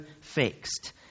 fixed